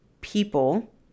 people